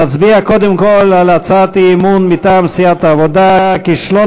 נצביע קודם כול על הצעת האי-אמון מטעם סיעת העבודה: כישלון